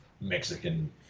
Mexican